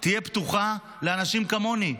תהיה פתוחה לאנשים כמוני,